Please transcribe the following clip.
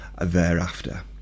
thereafter